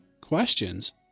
questions